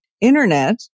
internet